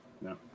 No